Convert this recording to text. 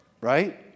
right